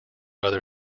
other